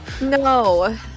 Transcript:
No